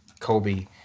Kobe